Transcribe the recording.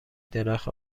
درخت